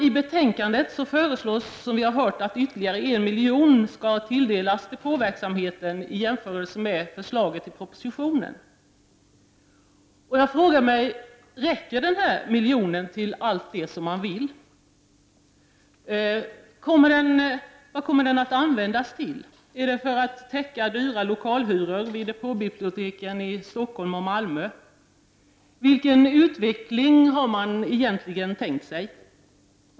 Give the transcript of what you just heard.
I betänkandet föreslås, som vi har hört, att ytterligare en miljon kronor skall tilldelas depåverksamheten, i jämförelse med förslaget i propositionen. Jag frågar mig: Räcker den miljonen till allt det som man vill? Vad kommer den att användas till? Är det för att täcka dyra lokalhyror vid depåbiblioteken i Stockholm och Malmö? Vilken utveckling har man egentligen tänkt sig?